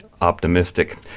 optimistic